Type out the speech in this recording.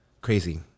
Crazy